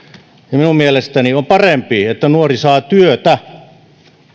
minun mielestäni on parempi että nuori saa työtä